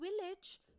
village